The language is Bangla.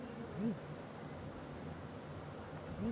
ইক রকমের যে কুমির থাক্যে সেটার যে চাষ ক্যরা হ্যয়